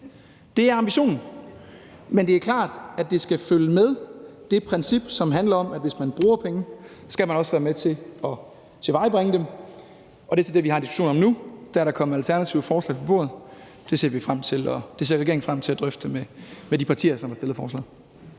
Det er ambitionen. Men det er klart, at det princip skal følge med, som handler om, at hvis man bruger penge, skal man også være med til at tilvejebringe dem. Det er så det, vi har en diskussion om nu. Der er der kommet et alternativt forslag på bordet. Det ser regeringen frem til at drøfte med de partier, som har fremlagt forslaget.